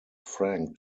frank